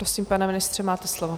Prosím, pane ministře, máte slovo.